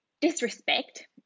disrespect